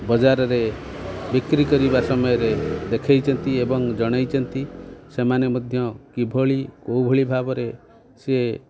ବଜାରରେ ବିକ୍ରି କରିବା ସମୟରେ ଦେଖେଇଛନ୍ତି ଏବଂ ଜଣେଇଛନ୍ତି ସେମାନେ ମଧ୍ୟ କିଭଳି କେଉଁଭଳି ଭାବରେ ସିଏ